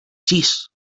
chis